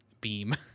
beam